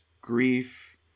grief